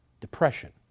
Depression